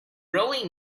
really